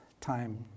time